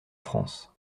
france